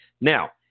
Now